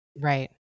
right